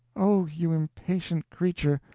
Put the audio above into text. oh, you impatient creature!